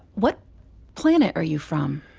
what planet are you from?